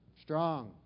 Strong